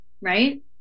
right